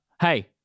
hey